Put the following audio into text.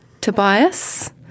Tobias